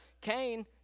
Cain